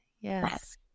yes